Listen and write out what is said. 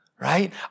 right